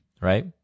right